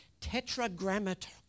tetragrammaton